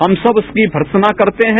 हम सब उसकी भर्तसना करते हैं